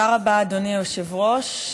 תודה רבה, אדוני היושב-ראש.